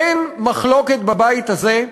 אין מחלוקת בבית הזה,